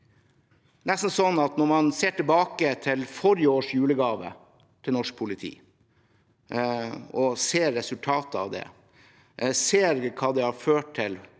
kongeriket. Når man ser tilbake på forrige års julegave til norsk politi og ser resultatet av den, ser vi hva det har ført til